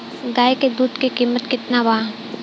गाय के दूध के कीमत केतना बा?